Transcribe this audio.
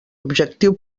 objectiu